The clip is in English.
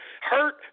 Hurt